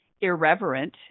irreverent